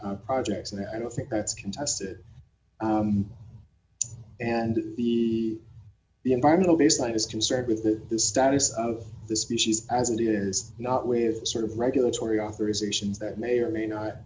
projects and i don't think that's contested and the the environmental baseline is concerned with the status of the species as it is not with sort of regulatory d authorizations that may or may not